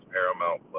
Paramount+